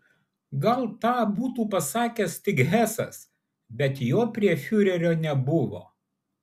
gal tą būtų pasakęs tik hesas bet jo prie fiurerio nebuvo